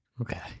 Okay